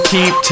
Keep